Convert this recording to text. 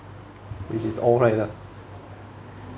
which is alright lah